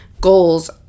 goals